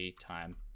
time